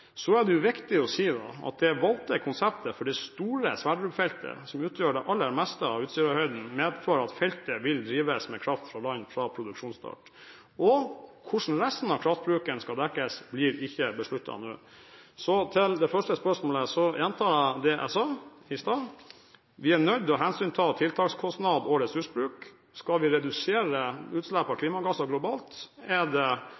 Så er det viktig å si at det valgte konseptet for det store Johan Sverdrup-feltet, som utgjør det aller meste av Utsirahøyden, medfører at feltet vil drives med kraft fra land fra produksjonsstart. Hvordan resten av kraftbruken skal dekkes, blir ikke besluttet nå. Til det første spørsmålet gjentar jeg det jeg sa i stad. Vi er nødt til å ta hensyn til tiltakskostnad og ressursbruk. Skal vi redusere utslipp av klimagasser globalt, er det